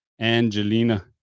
Angelina